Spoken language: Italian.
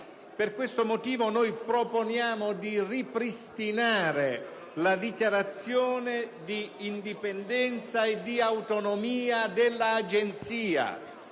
Per questo motivo noi proponiamo di ripristinare tale dichiarazione di indipendenza e di autonomia dell'Agenzia,